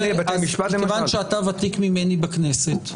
ומכיוון שאתה ותיק ממני בכנסת,